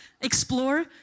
explore